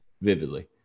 vividly